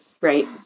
Right